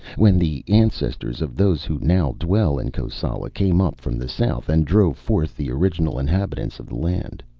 when the ancestors of those who now dwell in kosala came up from the south and drove forth the original inhabitants of the land.